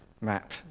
map